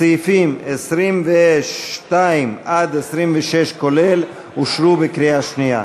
סעיפים 22 26, כולל, אושרו בקריאה שנייה.